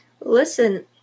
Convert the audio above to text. Listen